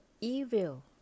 evil